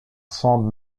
sondes